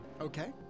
Okay